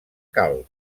calb